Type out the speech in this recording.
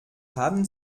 haben